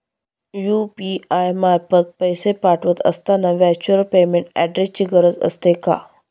UPI मार्फत पैसे पाठवत असताना व्हर्च्युअल पेमेंट ऍड्रेसची गरज असते का?